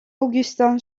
augustin